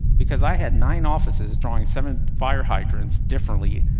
because i had nine offices drawing seven fire hydrants differently.